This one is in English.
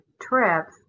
trips